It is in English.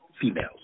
females